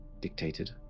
dictated